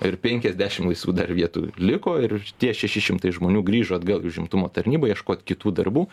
ir penkiasdešim laisvų dar vietų liko ir tie šeši šimtai žmonių grįžo atgal į užimtumo tarnybą ieškot kitų darbų